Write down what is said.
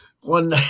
one